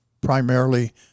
primarily